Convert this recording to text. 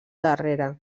darrere